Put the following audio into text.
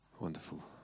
Wonderful